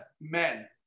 men